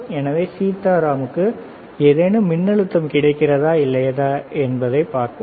எனவே சீதாராமுக்கு ஏதேனும் மின்னழுத்தம் கிடைக்கிறதா இல்லையா என்பதைப் பார்ப்போம்